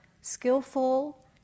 skillful